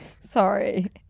Sorry